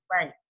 Right